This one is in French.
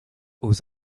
aux